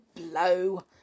blow